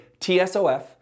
TSOF